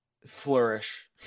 flourish